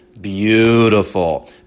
beautiful